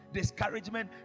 Discouragement